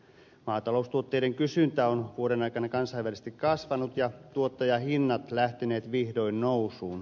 maataloustuotteiden kysyntä on vuoden aikana kansainvälisesti kasvanut ja tuottajahinnat lähteneet vihdoin nousuun